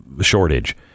shortage